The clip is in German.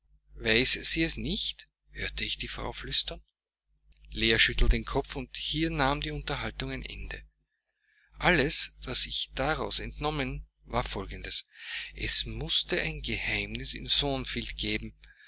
sie es nicht hörte ich die frau flüstern leah schüttelte den kopf und hier nahm die unterhaltung ein ende alles was ich daraus entnommen war folgendes es mußte ein geheimnis in thornfield geben